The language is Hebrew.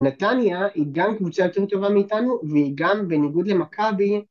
נתניה היא גם קבוצה יותר טובה מאיתנו והיא גם בניגוד למכבי